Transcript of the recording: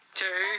two